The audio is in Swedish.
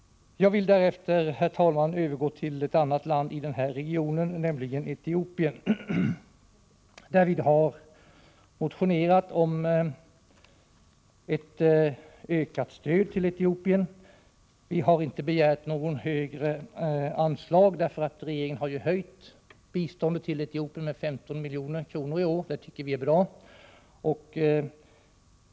Jag vill därefter övergå till ett annat land i denna region, nämligen Etiopien. Vpk har motionerat om ett ökat stöd till Etiopien. Vi har inte begärt något högre anslag, eftersom regeringen har höjt biståndsmedlen till Etiopien med 15 milj.kr. i år, och det tycker vi är bra.